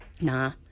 nah